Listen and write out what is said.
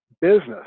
business